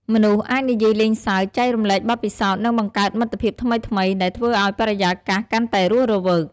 មនុស្សអាចនិយាយលេងសើច ចែករំលែកបទពិសោធន៍ និងបង្កើតមិត្តភាពថ្មីៗ ដែលធ្វើឱ្យបរិយាកាសកាន់តែរស់រវើក។